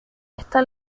esta